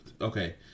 Okay